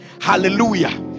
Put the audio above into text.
Hallelujah